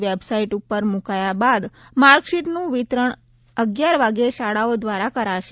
website ઉપર મુકાયા બાદ માર્ગશીટનું વિતરણ અગિયાર વાગ્યે શાળાઓ દ્વારા કરાશે